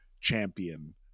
champion